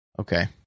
Okay